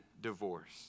divorce